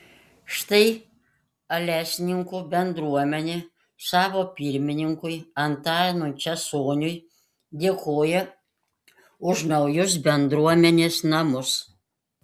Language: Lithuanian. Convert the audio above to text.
štai alesninkų bendruomenė savo pirmininkui antanui česoniui dėkoja už naujus bendruomenės namus